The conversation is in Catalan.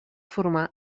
formar